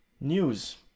news